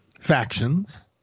factions